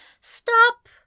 Stop